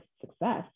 success